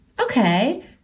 Okay